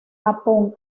japón